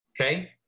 Okay